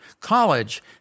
college